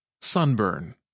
Sunburn